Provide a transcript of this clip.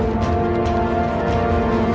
or